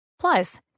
Plus